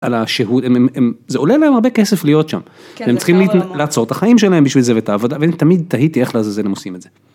על השהות זה עולה להם הרבה כסף להיות שם הם צריכים לעצור את החיים שלהם בשביל זה ואת העבודה ותמיד תהיתי איך לעזאזל הם עושים את זה.